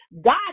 God